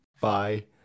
bye